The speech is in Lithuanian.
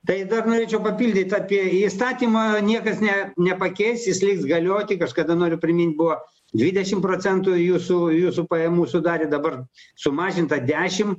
tai dar norėčiau papildyt apie įstatymą niekas ne nepakeis jis liks galioti kažkada noriu primint buvo dvidešim procentų jūsų jūsų pajamų sudarė dabar sumažinta dešim